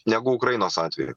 negu ukrainos atveju